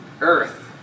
earth